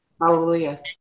Hallelujah